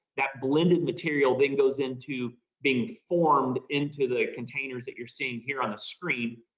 that blended material then goes into being formed into the containers that you're seeing here on the screen.